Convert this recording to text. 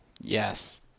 Yes